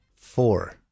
Four